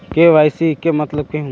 KYC के मतलब केहू?